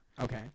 Okay